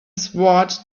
sword